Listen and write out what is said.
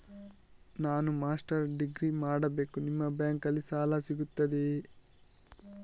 ನಾನು master degree ಮಾಡಬೇಕು, ನಿಮ್ಮ ಬ್ಯಾಂಕಲ್ಲಿ ಸಾಲ ಸಿಗುತ್ತದೆಯೇ?